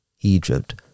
Egypt